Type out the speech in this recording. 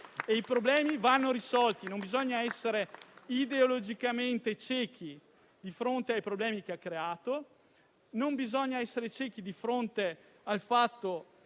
I problemi vanno risolti. Non bisogna essere ideologicamente ciechi di fronte ai problemi che ha creato, né di fronte al fatto